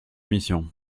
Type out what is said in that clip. missions